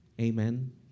Amen